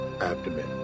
abdomen